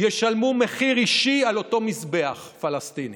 ישלמו מחיר אישי על אותו מזבח פלסטיני.